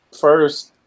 first